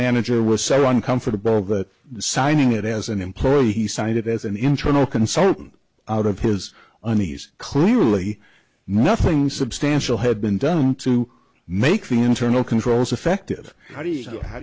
manager was so uncomfortable that signing it as an employee he signed it as an internal consultant out of his unease clearly nothing substantial had been done to make the internal controls affected how do you how